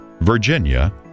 virginia